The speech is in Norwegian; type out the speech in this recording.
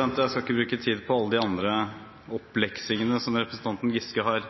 skal ikke bruke tid på alle de andre oppleksingene som representanten Giske har